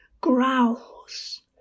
growls